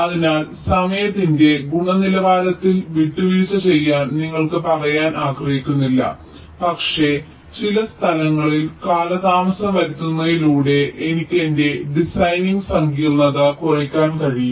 അതിനാൽ സമയത്തിന്റെ ഗുണനിലവാരത്തിൽ വിട്ടുവീഴ്ച ചെയ്യാൻ നിങ്ങൾക്ക് പറയാൻ ഞാൻ ആഗ്രഹിക്കുന്നില്ല പക്ഷേ ചില സ്ഥലങ്ങളിൽ കാലതാമസം വരുത്തുന്നതിലൂടെ എനിക്ക് എന്റെ ഡിസൈനിന്റെ സങ്കീർണ്ണത കുറയ്ക്കാൻ കഴിയും